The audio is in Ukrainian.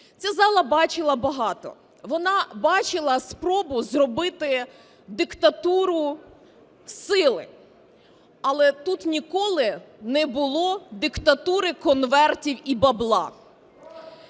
Ця зала бачила багато, вона бачила спробу зробити диктатуру сили, але тут ніколи не було диктатури конвертів і бабла,